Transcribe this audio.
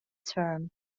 term